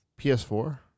PS4